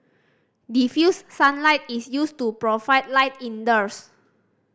diffused sunlight is used to provide light indoors